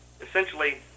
Essentially